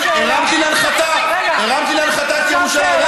הרמת לי להנחתה, הרמת לי להנחתה את ירושלים.